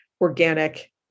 organic